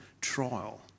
trial